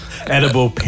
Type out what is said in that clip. Edible